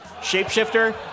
shapeshifter